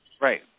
Right